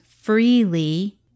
freely